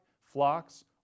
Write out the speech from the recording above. flocks